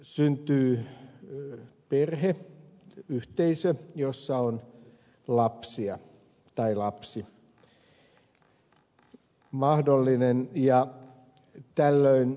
rekisteröidyssä parisuhteessa syntyy perheyhteisö jossa on mahdollisesti lapsia tai lapsi ja jo tällöin